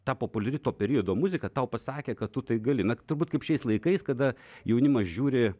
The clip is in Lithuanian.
ta populiari to periodo muzika tau pasakė kad tu tai gali na turbūt kaip šiais laikais kada jaunimas žiūri